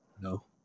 No